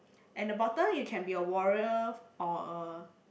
and the bottom you can be a warrior or a